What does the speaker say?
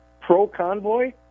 pro-convoy